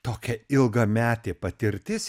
tokia ilgametė patirtis